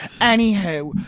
Anywho